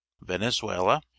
venezuela